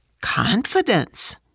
confidence